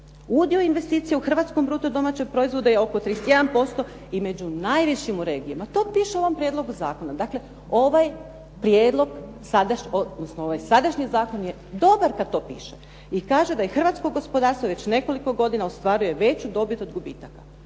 Udio investicija u hrvatskom bruto domaćem proizvodu je oko 31% i među najvišim u regiji. To piše u ovom prijedlogu zakona. Dakle, ovaj prijedlog odnosno ovaj sadašnji zakon je dobar kad to piše. I kaže da hrvatsko gospodarstvo već nekoliko godina ostvaruje veću dobit od gubitaka.